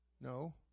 No